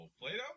Play-Doh